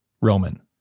Roman